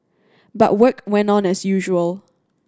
but work went on as usual